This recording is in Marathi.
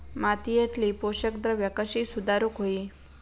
मातीयेतली पोषकद्रव्या कशी सुधारुक होई?